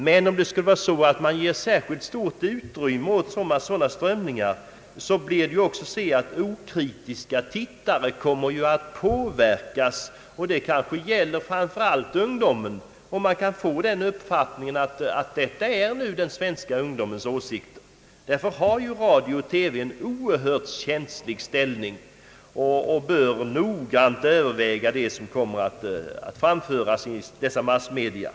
Men om man ägnar särskilt stort utrymme åt dylika strömningar som jag här exemplifierat, så medför det att okritiska åhörare kommer att påverkas, och det gäller framför allt ungdomen. Man får lätt den uppfattningen att detta är nu den svenska ungdomens åsikter. Därför är radions och TV:ns ställning synnerligen känslig, och man bör noggrant överväga vad som skall framföras i dessa massmedia.